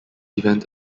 event